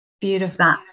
Beautiful